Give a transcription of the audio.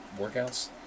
workouts